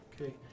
Okay